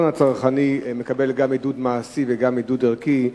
הצרכני יקבל גם עידוד מעשי וגם עידוד ערכי,